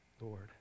Lord